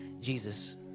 Jesus